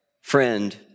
friend